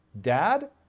Dad